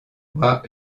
moi